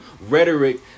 rhetoric